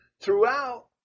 throughout